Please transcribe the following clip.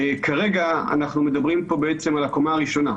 כרגע אנחנו מדברים פה בעצם על הקומה הראשונה,